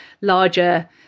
larger